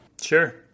Sure